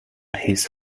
his